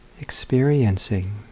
Experiencing